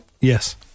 Yes